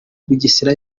bugesera